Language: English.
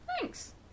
Thanks